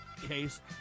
case